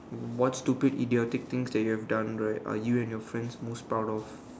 what stupid idiotic thing that you have done right are you and your friends most proud of